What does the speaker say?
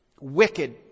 Wicked